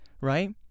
right